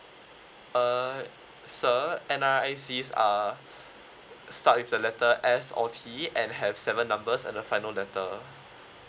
uh sir N_R_I_Cs are start with the letter S or T and have seven numbers at the final letter